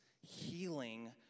healing